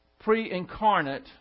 pre-incarnate